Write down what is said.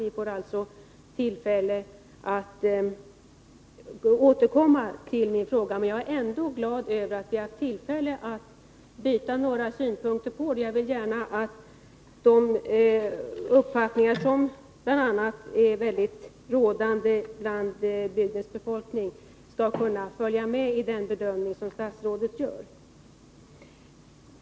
Vi får alltså tillfälle att då återkomma till min fråga. Men jag är ändå glad över att ha haft tillfälle att byta några synpunkter. Jag vill gärna att de uppfattningar som är rådande bland bygdens befolkning skall kunna följa med i den bedömning som statsrådet gör.